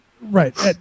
right